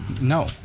No